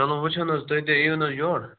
چلو وٕچھو نہ حظ تمہِ دۄہ یِیو نہ یور